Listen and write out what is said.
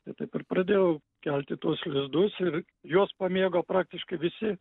tai taip ir pradėjau kelti tuos lizdus ir juos pamėgo praktiškai visi